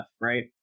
right